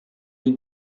jej